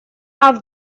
off